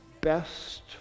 best